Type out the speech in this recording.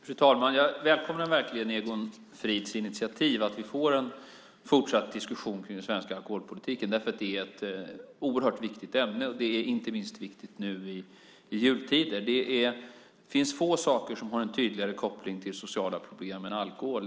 Fru talman! Jag välkomnar verkligen Egon Frids initiativ, att vi får en fortsatt diskussion kring den svenska alkoholpolitiken, därför att det är ett oerhört viktigt ämne. Det är inte minst viktigt nu i jultider. Det finns få saker som har en tydligare koppling till sociala problem än alkohol.